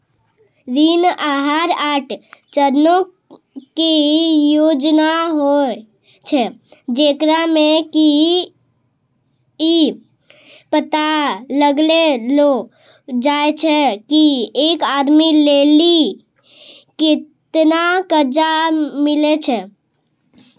ऋण आहार आठ चरणो के योजना होय छै, जेकरा मे कि इ पता लगैलो जाय छै की एक आदमी लेली केतना कर्जा मिलै छै